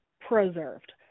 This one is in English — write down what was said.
preserved